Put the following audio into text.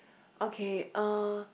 okay uh